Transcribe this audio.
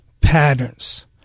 patterns